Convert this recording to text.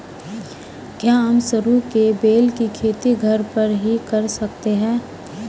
क्या हम सरू के बेल की खेती घर पर ही कर सकते हैं?